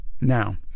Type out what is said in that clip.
Now